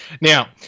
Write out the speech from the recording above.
Now